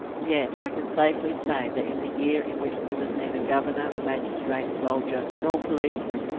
yet i can safely say that in the year in which there was neither governor, magistrate, soldier, nor policemen,